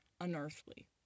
unearthly